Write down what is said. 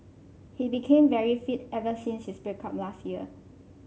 he became very fit ever since his break up last year